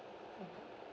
mm